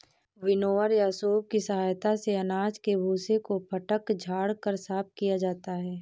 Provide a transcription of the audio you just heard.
winnower या सूप की सहायता से अनाज के भूसे को फटक झाड़ कर साफ किया जाता है